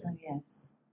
yes